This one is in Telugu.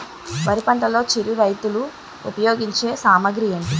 వరి పంటలో చిరు రైతులు ఉపయోగించే సామాగ్రి ఏంటి?